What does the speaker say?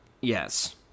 Yes